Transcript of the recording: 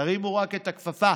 תרימו רק את הכפפה.